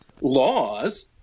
laws